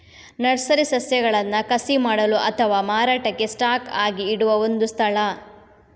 nursery ಸಸ್ಯಗಳನ್ನ ಕಸಿ ಮಾಡಲು ಅಥವಾ ಮಾರಾಟಕ್ಕೆ ಸ್ಟಾಕ್ ಆಗಿ ಇಡುವ ಒಂದು ಸ್ಥಳ